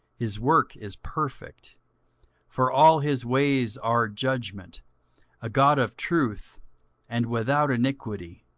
his work is perfect for all his ways are judgment a god of truth and without iniquity,